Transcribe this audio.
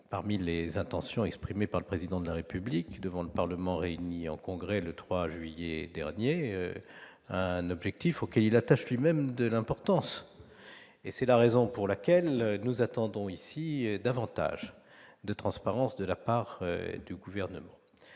parmi les intentions exprimées par le Président de la République devant le Parlement réuni en Congrès, le 3 juillet dernier ; c'est un objectif auquel il attache lui-même de l'importance. Nous aussi ! C'est la raison pour laquelle nous attendons davantage de transparence de la part du Gouvernement.